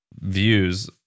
views